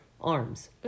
arms